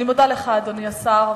אני מודה לך, אדוני השר.